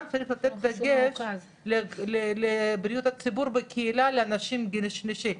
צריך לתת דגש לבריאות הציבור בקהילה לאנשים בגיל השלישי.